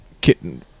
Kitten